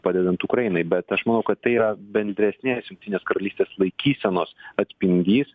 padedant ukrainai bet aš manau kad tai yra bendresnės jungtinės karalystės laikysenos atspindys